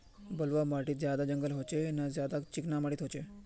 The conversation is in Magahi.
बलवाह माटित ज्यादा जंगल होचे ने ज्यादा चिकना माटित होचए?